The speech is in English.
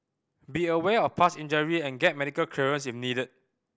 be aware of past injury and get medical clearance if needed